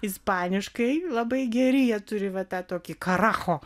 ispaniškai labai geri jie turi va ta tokį karacho